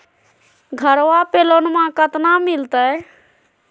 घरबा पे लोनमा कतना मिलते?